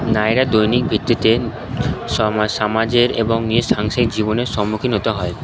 দৈনিক ভিত্তিতে সামাজের এবং নিজের সাংসারিক জীবনের সম্মুখীন হতে হয়